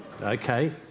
Okay